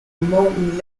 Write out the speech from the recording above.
molten